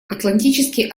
атлантический